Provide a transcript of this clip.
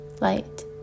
light